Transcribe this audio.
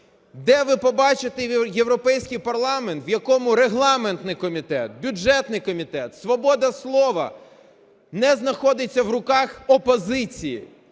Де ви побачите Європейський парламент, в якому регламентний комітет, бюджетний комітет, свобода слова не знаходиться в руках опозиції.